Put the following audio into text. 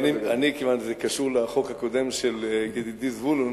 כיוון שזה קשור לחוק הקודם של ידידי זבולון,